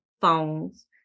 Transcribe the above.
phones